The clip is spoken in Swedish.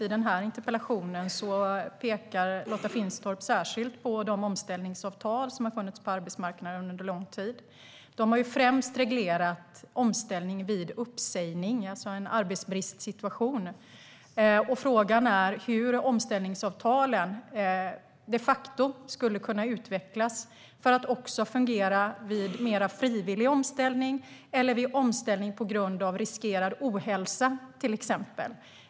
I denna interpellation pekar Lotta Finstorp särskilt på de omställningsavtal som har funnits på arbetsmarknaden under lång tid. De har främst reglerat omställning vid uppsägning, alltså vid en arbetsbristsituation. Frågan är hur omställningsavtalen de facto skulle kunna utvecklas för att också fungera till exempel vid mer frivillig omställning eller vid omställning på grund av riskerad ohälsa.